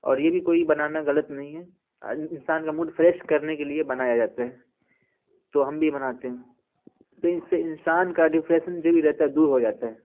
اور یہ بھی کوئی بنانا غلط نہیں ہے انسان کا موڈ فریش کرنے کے لیے بنایا جاتا ہے تو ہم بھی بناتے ہیں تو ان سے انسان کا ڈپریسن جو بھی رہتا ہے دور ہو جاتا ہے